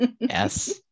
Yes